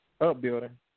upbuilding